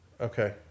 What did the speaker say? Okay